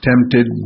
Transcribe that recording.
tempted